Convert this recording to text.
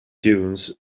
dunes